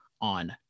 on